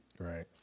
Right